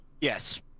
Yes